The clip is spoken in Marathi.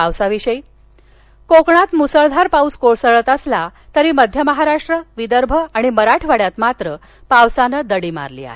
पाऊस कोकणात मुसळधार पाऊस कोसळत असला तरी मध्य महाराष्ट्र विदर्भ आणि मराठवाड्यात पावसानं दडी मारली आहे